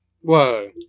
Whoa